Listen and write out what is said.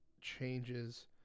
changes